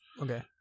Okay